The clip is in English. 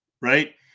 right